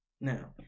Now